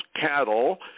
cattle